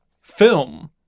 film